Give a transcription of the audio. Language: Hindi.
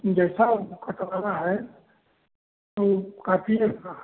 जैसा कटवाना है तो वह काफ़ी ऐसा